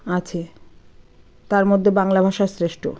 আছে তার মধ্যে বাংলা ভাষা শ্রেষ্ট